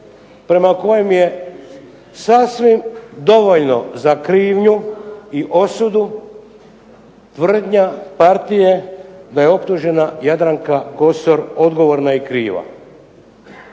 prema kojem je sasvim dovoljno za krivnju i osudu tvrdnja partije da je optužena Jadranka Kosor odgovorna i kriva.